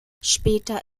später